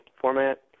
format